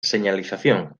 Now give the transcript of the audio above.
señalización